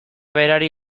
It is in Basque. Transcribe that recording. berari